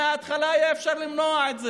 מההתחלה היה אפשר למנוע את זה.